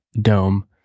dome